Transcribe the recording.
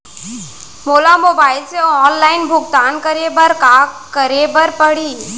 मोला मोबाइल से ऑनलाइन भुगतान करे बर का करे बर पड़ही?